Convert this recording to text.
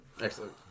Excellent